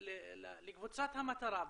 ולקבוצת המטרה בעצם.